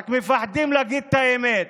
רק מפחדים להגיד את האמת.